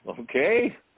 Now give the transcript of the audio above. okay